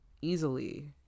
Easily